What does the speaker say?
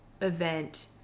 event